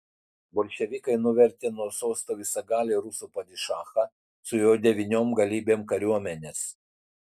bolševikai nuvertė nuo sosto visagalį rusų padišachą su jo devyniom galybėm kariuomenės